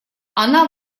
она